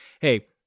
hey